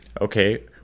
okay